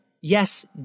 Yes